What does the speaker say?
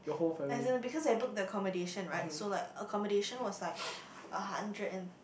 as in because I booked the accommodation right so like accommodation was like a hundred and